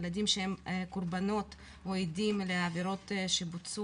ילדים שהם קורבנות או עדים לעבירות שבוצעו